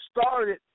started